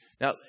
Now